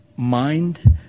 mind